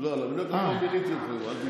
לא, על המינוי הקבוע, מיניתי אותך כבר, אל תדאג.